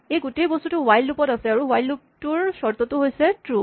এই গোটেই বস্তুটো হুৱাইল লুপ ট আছে আৰু হুৱাইল লুপ টোৰ চৰ্তটো হৈছে ট্ৰো